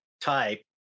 type